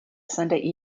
sunday